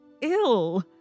ill